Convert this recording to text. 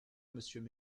monsieur